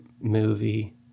movie